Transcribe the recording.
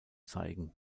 zeigen